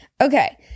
Okay